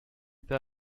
peut